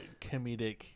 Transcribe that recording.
comedic